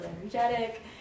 energetic